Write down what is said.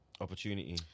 opportunity